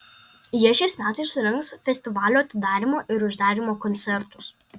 jie šiais metais surengs festivalio atidarymo ir uždarymo koncertus